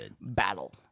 battle